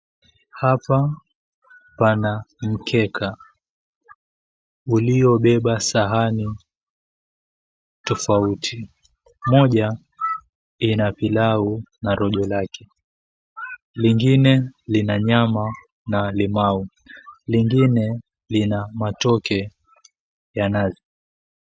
Hapa pana mkeka, uliobeba sahani tofauti. Moja, ina pilau na rojo lake. Lingine, lina nyama na limau. Lingine, lina matoke ya nazi.